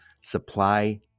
Supply